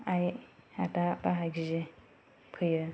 आइ आदा बाहागि फैयो